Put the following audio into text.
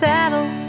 Saddle